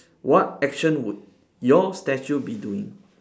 what action would your statue be doing